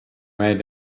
made